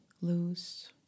loose